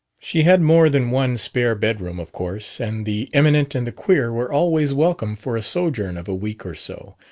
she had more than one spare bedroom, of course and the eminent and the queer were always welcome for a sojourn of a week or so,